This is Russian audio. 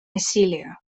насилию